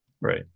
Right